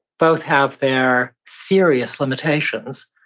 both have their serious limitations.